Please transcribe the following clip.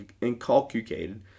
inculcated